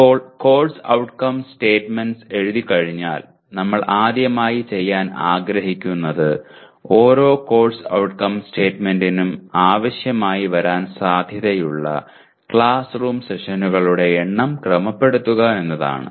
ഇപ്പോൾ course outcome statements എഴുതിക്കഴിഞ്ഞാൽ നമ്മൾ ആദ്യമായി ചെയ്യാൻ ആഗ്രഹിക്കുന്നത് ഓരോ കോഴ്സ് ഔട്ട്കം സ്റ്റേറ്റ്മെന്റ്സിനും ആവശ്യമായി വരാൻ സാധ്യതയുള്ള ക്ലാസ് റൂം സെഷനുകളുടെ എണ്ണം ക്രമപെടുത്തുക എന്നതാണ്